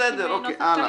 בסדר, הלאה.